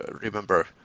remember